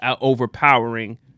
overpowering